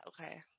okay